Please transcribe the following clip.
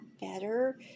better